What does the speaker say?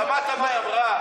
שמעת מה היא אמרה?